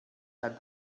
had